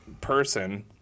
person